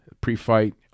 pre-fight